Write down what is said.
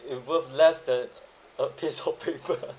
it worth less than a piece of paper